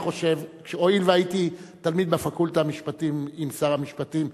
הואיל והייתי תלמיד בפקולטה למשפטים עם שר המשפטים,